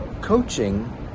Coaching